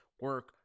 Work